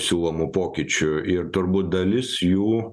siūlomų pokyčių ir turbūt dalis jų